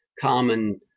common